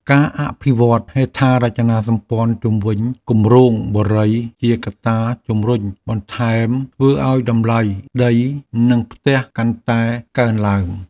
ការអភិវឌ្ឍហេដ្ឋារចនាសម្ព័ន្ធជុំវិញគម្រោងបុរីជាកត្តាជម្រុញបន្ថែមធ្វើឱ្យតម្លៃដីនិងផ្ទះកាន់តែកើនឡើង។